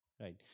Right